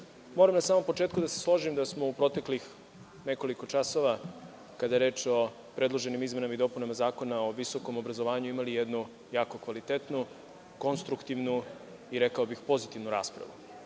moram na samom početku da se složim da smo u proteklih nekoliko časova, kada je reč o predloženim izmenama i dopunama Zakona o visokom obrazovanju imali jednu jako kvalitetnu, konstruktivnu i, rekao bih, pozitivnu raspravu.